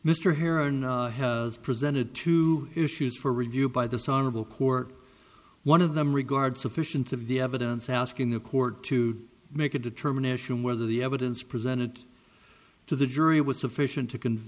mr heron has presented to issues for review by this honorable court one of them regard sufficient of the evidence asking the court to make a determination whether the evidence presented to the jury was sufficient to c